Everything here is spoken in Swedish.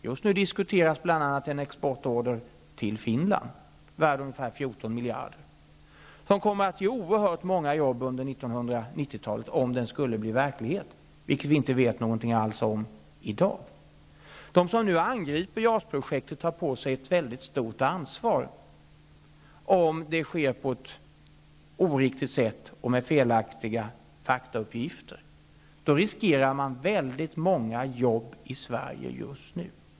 Just nu diskuteras en exportorder till Finland värd ungefär 14 miljarder. Om den ordern skulle bli verklighet skulle den skapa oerhört många arbetstillfällen under 1990 talet. Men det vet vi inte något om i dag. De som angriper JAS-projektet tar på sig ett stort ansvar om det sker på ett oriktigt sätt och med felaktiga faktauppgifter. Då riskeras många arbetstillfällen i Sverige just nu.